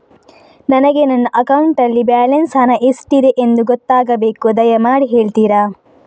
ನನಗೆ ನನ್ನ ಅಕೌಂಟಲ್ಲಿ ಬ್ಯಾಲೆನ್ಸ್ ಹಣ ಎಷ್ಟಿದೆ ಎಂದು ಗೊತ್ತಾಗಬೇಕು, ದಯಮಾಡಿ ಹೇಳ್ತಿರಾ?